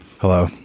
Hello